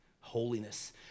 holiness